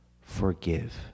forgive